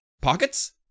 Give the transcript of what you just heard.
pockets